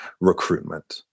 recruitment